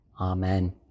Amen